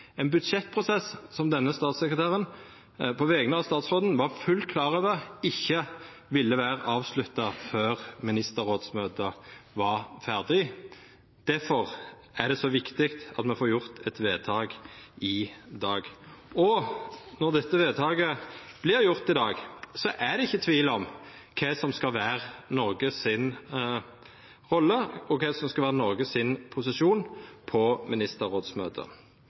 ein budsjettprosess som denne statssekretæren på vegner av statsråden var fullt klar over ikkje ville vera avslutta før ministerrådsmøtet var ferdig. Difor er det så viktig at me får gjort eit vedtak i dag, og når dette vedtaket vert gjort i dag, er det ikkje tvil om kva som skal vera Noregs rolle, og kva som skal vera Noregs posisjon på ministerrådsmøtet.